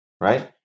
right